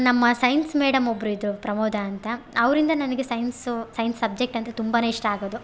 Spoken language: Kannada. ನಮ್ಮ ಸೈನ್ಸ್ ಮೇಡಮ್ ಒಬ್ಬರು ಇದ್ದರು ಪ್ರಮೋದ ಅಂತ ಅವರಿಂದ ನನಗೆ ಸೈನ್ಸು ಸೈನ್ಸ್ ಸಬ್ಜೆಕ್ಟ್ ಅಂದರೆ ತುಂಬಾ ಇಷ್ಟ ಆಗೋದು